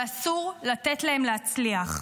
ואסור לתת להם להצליח.